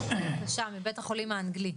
בזום, מבית החולים האנגלי.